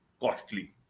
costly